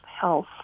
health